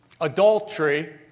adultery